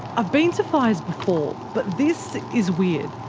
i've been to fires before, but this is weird.